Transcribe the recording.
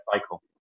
cycle